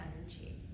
energy